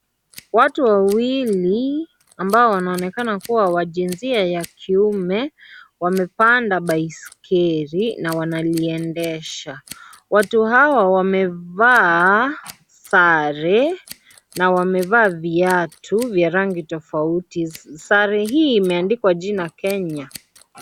Watu wawili, ambao wanaonekana kuwa wa jinsia ya kiume, wamepanda baiskeli na wanaliendesha. Watu hawa, wamevaa sare na wamevaa viatu vya rangi tofauti. Sare hii imeandikwa jina, Kenya.